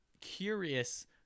curious